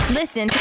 listen